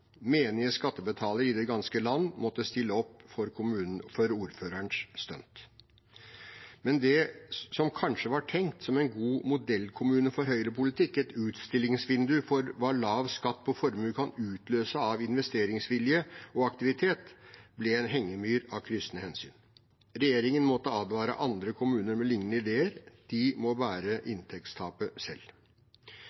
Menige skattebetalere i det ganske land måtte stille opp for ordførerens stunt. Det som kanskje var tenkt som en god modellkommune for høyrepolitikk, et utstillingsvindu for hva lav skatt på formue kan utløse av investeringsvilje og aktivitet, ble en hengemyr av kryssende hensyn. Regjeringen måtte advare andre kommuner med liknende ideer: De må